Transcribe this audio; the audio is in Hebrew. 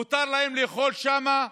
מותר ל-20 לאכול שם,